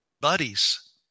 buddies